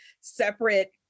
separate